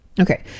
Okay